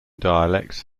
dialects